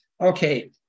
okay